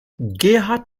gerhard